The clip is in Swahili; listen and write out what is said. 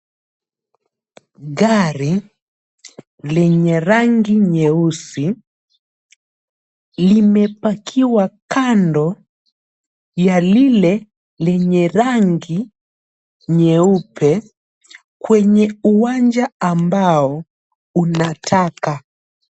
Gari lenye rangi nyeusi limepakiwa kando ya lile lenye rangi nyeupe kwenye uwanja ambao una taka.